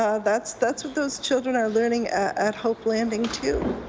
ah that's that's what those children are learning at hope landing too.